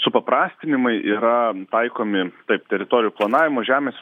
supaprastinamai yra taikomi taip teritorijų planavimo žemės